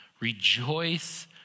rejoice